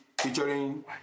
featuring